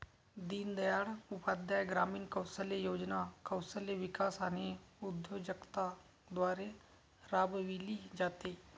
दीनदयाळ उपाध्याय ग्रामीण कौशल्य योजना कौशल्य विकास आणि उद्योजकता द्वारे राबविली जाते